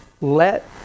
Let